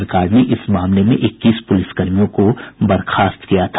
सरकार ने इस मामले में इक्कीस पुलिसकर्मियों को बर्खास्त किया था